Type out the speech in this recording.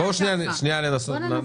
שנייה, שנייה, חבר'ה.